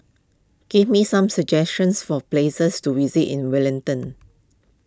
give me some suggestions for places to visit in Wellington